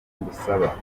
ngusaba